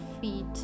feet